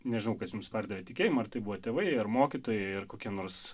nežinau kas jums perdavė tikėjimą ar tai buvo tėvai ar mokytojai ar kokie nors